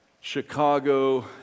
Chicago